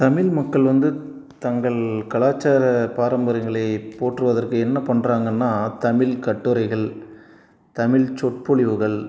தமிழ் மக்கள் வந்து தங்கள் கலாச்சார பாரம்பரியங்களை போற்றுவதற்கு என்ன பண்றாங்கன்னா தமிழ் கட்டுரைகள் தமிழ் சொற்பொழிவுகள்